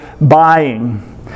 buying